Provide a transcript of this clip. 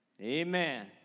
Amen